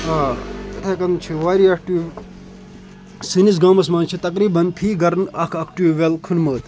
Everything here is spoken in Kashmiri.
آ یِتھَے کَن چھِ واریاہ ٹیوٗب سٲنِس گامَس منٛز چھِ تقریٖباً فی گَرَن اَکھ اَکھ ٹیوٗب وٮ۪ل کھوٚنمُت